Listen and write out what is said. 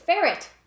Ferret